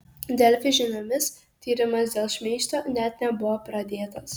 delfi žiniomis tyrimas dėl šmeižto net nebuvo pradėtas